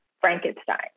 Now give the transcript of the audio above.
Frankenstein